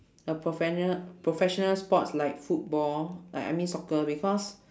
the profen~ professional sports like football like I mean soccer because